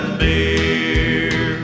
beer